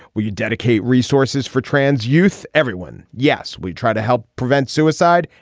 will you dedicate resources for trans youth everyone. yes. we tried to help prevent suicide.